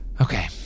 Okay